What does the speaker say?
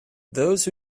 those